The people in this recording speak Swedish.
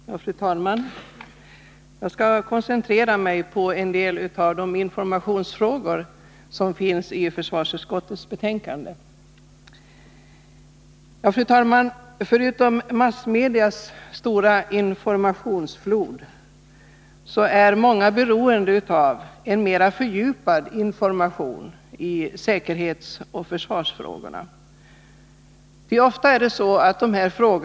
Fru talman! Jag skall koncentrera mig på en del av de informationsfrågor som berörs i försvarsutskottets betänkande. Många är beroende av en mer fördjupad information i säkerhetsoch försvarsfrågorna än man kan få i massmedias stora informationsflod.